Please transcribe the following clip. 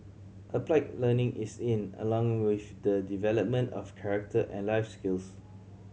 applied learning is in along with the development of character and life skills